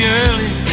early